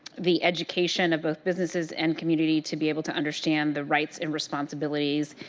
the education of both businesses and community to be able to understand the rights and responsibilities,